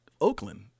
Oakland